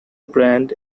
brand